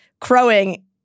crowing